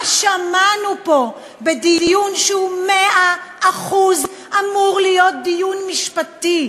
מה שמענו פה בדיון שהוא אמור להיות מאה אחוז דיון משפטי?